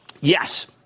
Yes